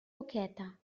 boqueta